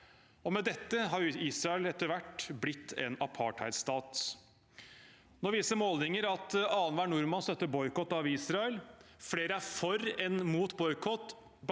Med dette har Israel etter hvert blitt en apartheidstat. Nå viser målinger at annenhver nordmann støtter boikott av Israel. Flere er for enn imot boikott